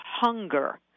hunger